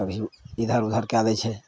कभी इधर उधर कए दै छै